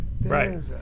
Right